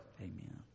Amen